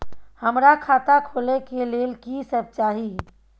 हमरा खाता खोले के लेल की सब चाही?